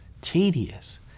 tedious